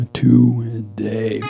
today